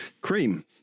Cream